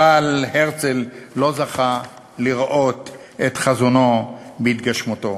אבל הרצל לא זכה לראות את חזונו בהתגשמותו.